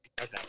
Okay